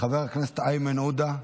חבר הכנסת איימן עודה,